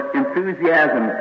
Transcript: enthusiasm